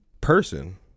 person